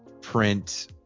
print